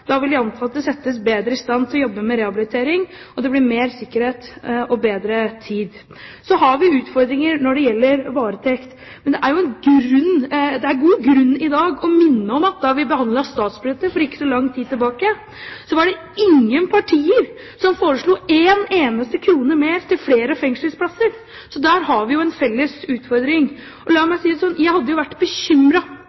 Da vil de ansatte settes bedre i stand til å jobbe med rehabilitering, og det blir mer sikkerhet og bedre tid. Så har vi utfordringer når det gjelder varetakt. Men det er god grunn i dag til å minne om at da vi behandlet statsbudsjettet for ikke så lang tid tilbake, var det ingen partier som foreslo en eneste krone mer til flere fengselsplasser. Så der har vi en felles utfordring. La